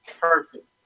perfect